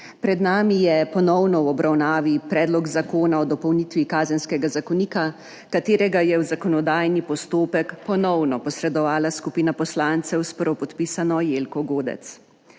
Pred nami je ponovno v obravnavi Predlog zakona o dopolnitvi Kazenskega zakonika, ki ga je v zakonodajni postopek ponovno posredovala skupina poslancev s prvopodpisano Jelko Godec.